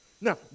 Now